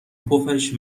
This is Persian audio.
پفش